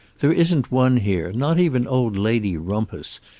there isn't one here, not even old lady rumpus,